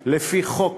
לפי חוק